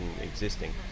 existing